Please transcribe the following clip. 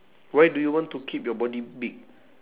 why do you want to keep your body big